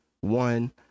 one